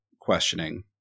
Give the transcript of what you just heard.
questioning